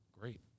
Great